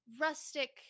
rustic